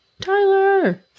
Tyler